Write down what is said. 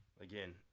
Again